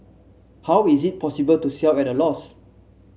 how is it possible to sell at a loss